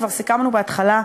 סיכמנו כבר בהתחלה,